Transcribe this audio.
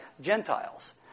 Gentiles